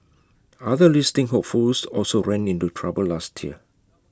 other listing hopefuls also ran into trouble last year